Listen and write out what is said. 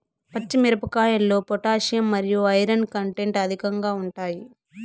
పచ్చి మిరపకాయల్లో పొటాషియం మరియు ఐరన్ కంటెంట్ అధికంగా ఉంటాయి